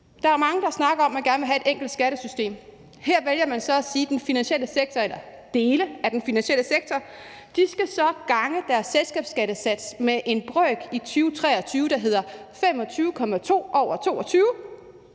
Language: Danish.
Der er jo mange, der snakker om, at de gerne vil have et enkelt skattesystem, men her vælger man så at sige, at dele af den finansielle sektor i 2023 skal gange deres selskabsskattesats med en brøk, der hedder 25,2/22,